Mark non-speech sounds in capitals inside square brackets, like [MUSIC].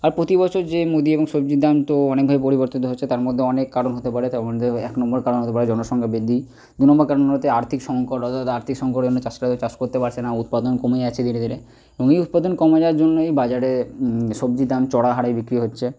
আর প্রতি বছর যে মুদি এবং সবজির দাম তো অনেকভাবে পরিবর্তিত হচ্ছে তার মধ্যে অনেক কারণ হতে পারে তার মধ্যে এক নম্বর কারণ হতে পারে জনসংখ্যা বৃদ্ধি দু নম্বর কারণ [UNINTELLIGIBLE] আর্থিক সঙ্কট অর্থাৎ আর্থিক সঙ্কটের জন্য চাষিরা যে চাষ করতে পারছে না উৎপাদন কমে যাচ্ছে ধীরে ধীরে [UNINTELLIGIBLE] উৎপাদন কমে যাওয়ার জন্যই বাজারে সবজির দাম চড়া হারে বিক্রি হচ্ছে